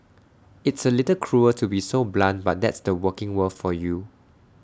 it's A little cruel to be so blunt but that's the working world for you